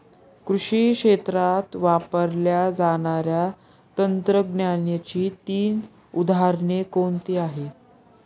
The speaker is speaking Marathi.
कृषी क्षेत्रात वापरल्या जाणाऱ्या तंत्रज्ञानाची तीन उदाहरणे कोणती आहेत?